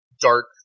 dark